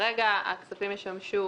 הכספים ישמשו